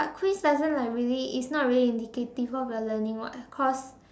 but quiz doesn't like really it's not really indicative cause the learning [what] cause